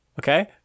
Okay